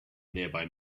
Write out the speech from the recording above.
nearby